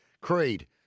Creed